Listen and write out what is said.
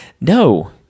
no